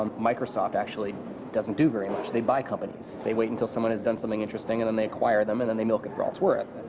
microsoft actually doesn't do very much, they buy companies. they wait until someone has done something interesting and then they acquire them, and then they milk it for all it's worth.